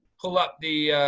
pull up the